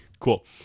Cool